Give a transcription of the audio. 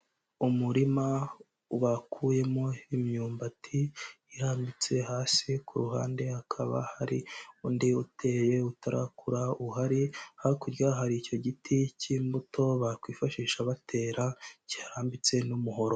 Umurima bakuyemo imyumbati irambitse hasi, ku ruhande hakaba hari undi uteye utarakura uhari, hakurya hari icyo giti cy'imbuto bakwifashisha batera, cyirambitse n'umuhoro.